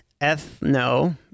Ethno